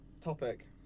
topic